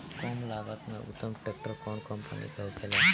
कम लागत में उत्तम ट्रैक्टर कउन कम्पनी के होखेला?